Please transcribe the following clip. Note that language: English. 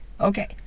Okay